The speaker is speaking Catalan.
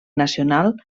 nacional